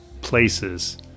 places